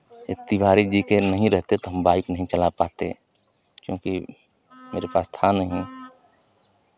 ये तिवारी जी के नहीं रहते तो हम बाइक नहीं चला पाते क्योंकि मेरे पास था नहीं